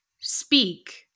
speak